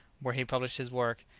where he published his work,